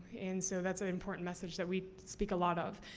and, so, that's an important message that we speak a lot of.